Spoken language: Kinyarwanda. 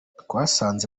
twasanze